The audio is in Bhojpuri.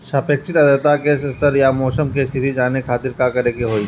सापेक्षिक आद्रता के स्तर या मौसम के स्थिति जाने खातिर करे के होई?